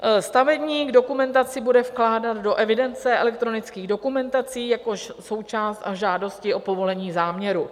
Stavebník dokumentaci bude vkládat do evidence elektronických dokumentací jako součást žádosti o povolení záměru.